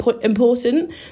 important